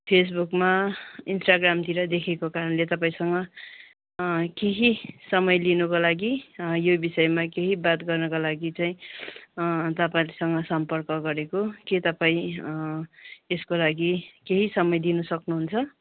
फेसबुकमा इन्स्टाग्रामतिर देखेको कारणले तपाईँसँग केही समय लिनुको लागि यो बिषयमा केही बात गर्नुको लागि चाहिँ तपाईँहरूसँग सम्पर्क गरेको के तपाईँ यस्को लागि केही समय दिनु सक्नुहुन्छ